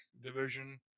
division